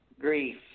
grief